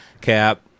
Cap